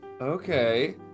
Okay